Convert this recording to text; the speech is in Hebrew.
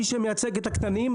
מי שמייצג את הקטנים,